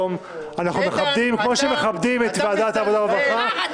אנחנו נדחה את הדיון לישיבה הבאה.